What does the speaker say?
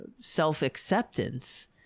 self-acceptance